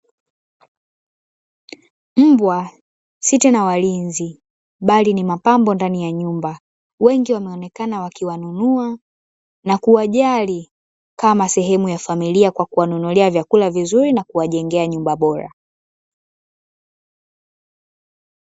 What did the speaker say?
Mbwa si tena walinzi, bali ni pambo ndani ya nyumba. Wengi wameonekana wakiwanunua na kuwajali kama sehemu ya familia kwa kuwanunulia vyakula vizuri na kuwajengea nyumba bora.